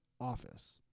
Office